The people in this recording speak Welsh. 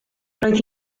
roedd